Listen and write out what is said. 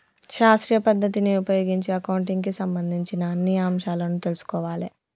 శాస్త్రీయ పద్ధతిని ఉపయోగించి అకౌంటింగ్ కి సంబంధించిన అన్ని అంశాలను తెల్సుకోవాలే